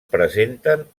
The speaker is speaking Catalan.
presenten